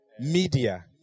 Media